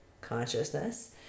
consciousness